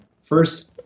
First